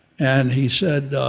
and he said